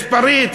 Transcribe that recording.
יש פריץ,